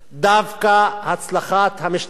דווקא הצלחת המשטרה